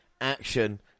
action